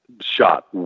shot